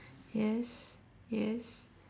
yes yes